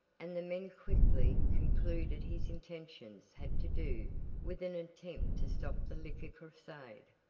and the men quickly concluded his intentions had to do with an attempt to stop the liquor crusade.